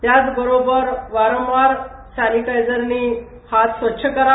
त्याचबरोबर वारंवार सॅनिटाइजरने हाथ स्वच्छ करा